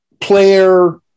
player